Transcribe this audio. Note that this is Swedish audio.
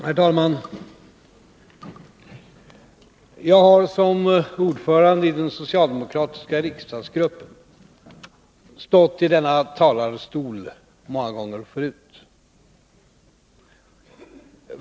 Herr talman! Jag har, som ordförande i den socialdemokratiska riksdagsgruppen, stått i denna talarstol många gånger förr.